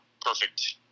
perfect